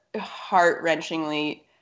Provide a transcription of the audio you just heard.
heart-wrenchingly